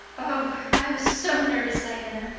oh, i was so nervous, diana.